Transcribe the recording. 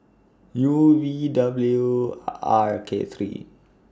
U V W R K three